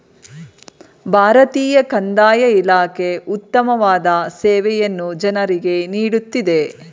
ಭಾರತೀಯ ಕಂದಾಯ ಇಲಾಖೆ ಉತ್ತಮವಾದ ಸೇವೆಯನ್ನು ಜನರಿಗೆ ನೀಡುತ್ತಿದೆ